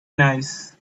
nice